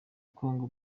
congo